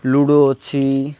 ludo ଅଛି